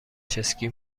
چسکی